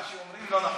מה שאומרים לא נכון.